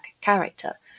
character